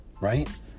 Right